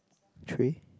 tray